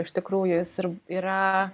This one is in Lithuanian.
iš tikrųjų jis ir yra